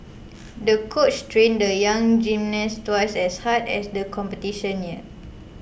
the coach trained the young gymnast twice as hard as the competition neared